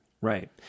Right